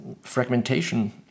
fragmentation